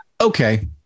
okay